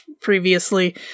previously